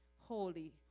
holy